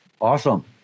Awesome